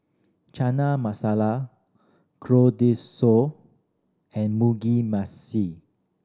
Chana Masala and Mugi Mashi